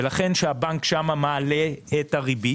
ולכן כשהבנק שם מעלה את הריבית,